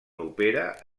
opera